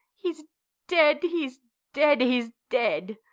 he's dead, he's dead, he's dead!